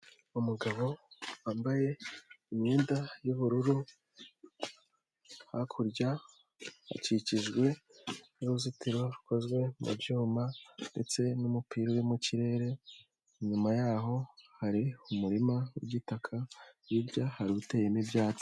Umugabo wambaye imyenda y'ubururu, hakurya hakikijwe n'uruzitiro rukozwe mu cyuma ndetse n'umupira uri mu kirere, inyuma yaho hari umurima w'igitaka, hirya hari uteyemo ibyatsi.